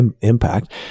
impact